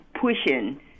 pushing